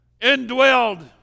indwelled